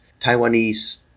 Taiwanese